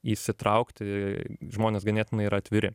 įsitraukti žmonės ganėtinai yra atviri